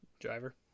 Driver